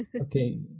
Okay